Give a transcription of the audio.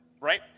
right